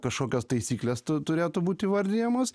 kašokios taisyklės turėtų būt įvardijamos